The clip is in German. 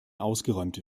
ausgeräumt